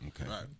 Okay